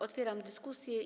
Otwieram dyskusję.